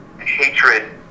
hatred